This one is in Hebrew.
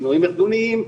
שינויים ארגוניים,